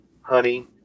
honey